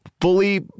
fully